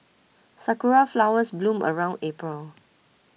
sakura flowers bloom around April